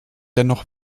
dennoch